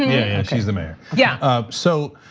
yeah she's the mayor. yeah. so,